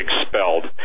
expelled